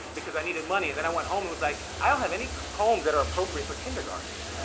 because i needed money. and then i went home and was like, i don't have any poems that are appropriate for kindergartners,